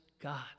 God